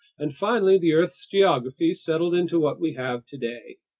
and finally the earth's geography settled into what we have today.